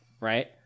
right